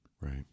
Right